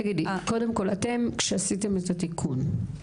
אתם, כשעשיתם את התיקון.